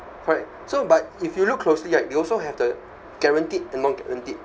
correct so but if you look closely right they also have the guaranteed amount guaranteed